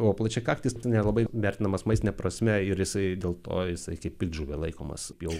o plačiakaktis nelabai vertinamas maistine prasme ir jisai dėl to jisai tik piktžole laikomas jau